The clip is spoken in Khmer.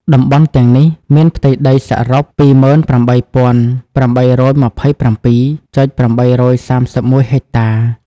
តំបន់ទាំងនេះមានផ្ទៃដីសរុប ២៨,៨២៧.៨៣១ ហិកតា។